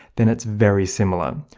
then it's very similar.